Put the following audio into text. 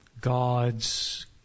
God's